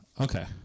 Okay